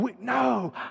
No